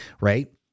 right